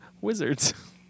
Wizards